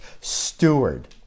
steward